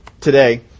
today